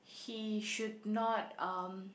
he should not um